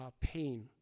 pain